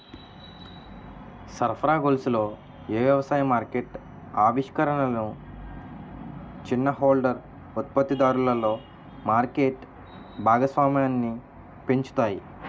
సరఫరా గొలుసులలో ఏ వ్యవసాయ మార్కెట్ ఆవిష్కరణలు చిన్న హోల్డర్ ఉత్పత్తిదారులలో మార్కెట్ భాగస్వామ్యాన్ని పెంచుతాయి?